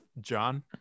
john